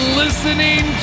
listening